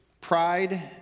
Pride